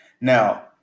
Now